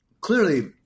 Clearly